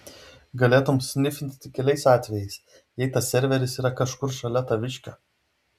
galėtum snifint tik keliais atvejais jei tas serveris yra kažkur šalia taviškio